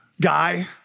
guy